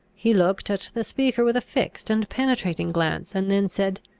he looked at the speaker with a fixed and penetrating glance, and then said,